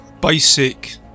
basic